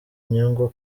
inyungu